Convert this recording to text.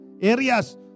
areas